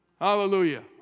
Hallelujah